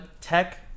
tech